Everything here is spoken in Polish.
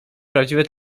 prawdziwe